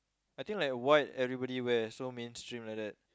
I think like white everybody wear so mainstream like that